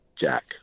Jack